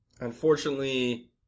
Unfortunately